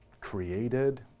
created